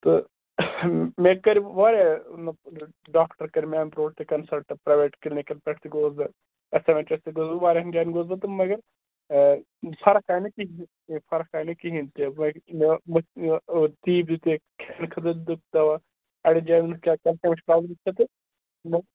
تہٕ مےٚ کٔرۍ واریاہ مَطلَب ڈاکٹر کٔرۍ مےٚ امہِ برٛونٛٹھ تہِ کَنسَلٹہٕ پرٛیویٹ کِلنٕکس پیٚٹھ تہِ گوس بہٕ ایس ایم ایچ ایس تہِ گوس بہٕ واریاہَن جایَن گوس بہٕ مگر آ فَرٕق آے نہٕ کِہیٖنٛۍ تہِ فرٕق آے نہٕ کِہیٖنٛۍ تہِ وۅنۍ مےٚ ٲس مےٚ اوس تی دِتُکھ کھیٚنہٕ خٲطرٕ تہِ دَوا اَڈیٚو جایَن وُچھُکھ تہِ تہٕ